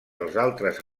altres